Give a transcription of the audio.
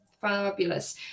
Fabulous